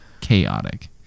chaotic